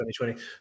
2020